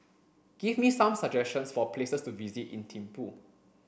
give me some suggestions for places to visit in Thimphu